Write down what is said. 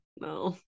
No